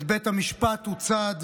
את בית המשפט, הוא צד.